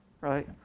right